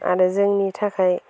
आरो जोंनि थाखाय